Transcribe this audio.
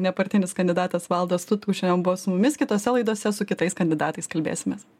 nepartinis kandidatas valdas tutkus šiandien buvo su mumis kitose laidose su kitais kandidatais kalbėsimės